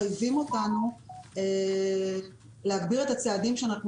מחייבים אותנו להגביר את הצעדים שאנחנו